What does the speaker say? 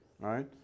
right